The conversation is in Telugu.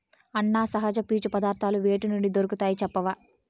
అన్నా, సహజ పీచు పదార్థాలు వేటి నుండి దొరుకుతాయి చెప్పవా